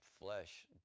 flesh